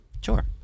Sure